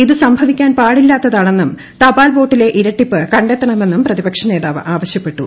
ഇത് സംഭവിക്കാൻ പാടില്ലാത്തതാണെന്നും തപാൽ വോട്ടിലെ ഇരട്ടിപ്പ് കണ്ടെത്തണമെന്നും പ്രതിപക്ഷ നേതാവ് ആവശ്യപ്പെട്ടു